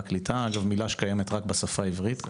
מילה שקיימת רק בשפה העברית.